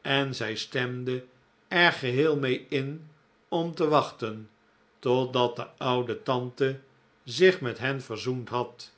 en zij stemde er geheel mee in om te wachten totdat de oude tante zich met hen verzoend had